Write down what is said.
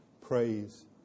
praise